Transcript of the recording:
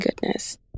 goodness